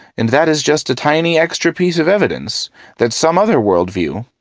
and that is just a tiny extra pieces of evidence that some other worldview,